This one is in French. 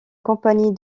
compagnie